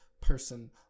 person